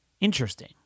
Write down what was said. interesting